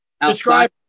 outside